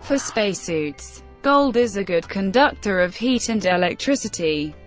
for spacesuits. gold is a good conductor of heat and electricity.